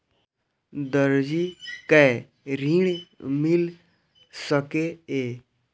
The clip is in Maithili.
दर्जी कै ऋण मिल सके ये?